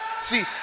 See